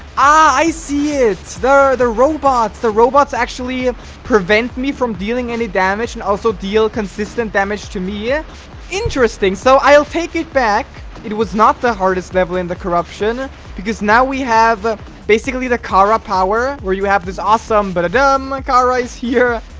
i see it there are the robots the robots actually prevent me from dealing any damage and also deal consistent damage to me. yeah interesting so i'll take it back it it was not the hardest level in the corruption because now we have basically the cara power where you have this awesome but unlike and um like our eyes here,